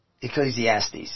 Ecclesiastes